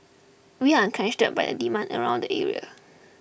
we are encouraged by the demand around the area